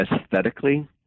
aesthetically